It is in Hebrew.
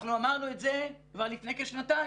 אנחנו אמרנו את זה כבר לפני כשנתיים,